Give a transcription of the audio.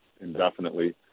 indefinitely